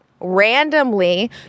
randomly